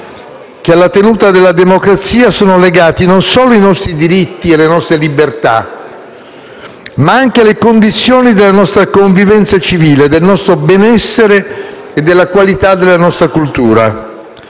che alla tenuta della democrazia sono legati non solo i nostri diritti e le nostre libertà, ma anche le condizioni della nostra convivenza civile, del nostro benessere e della qualità della nostra cultura.